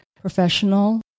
professional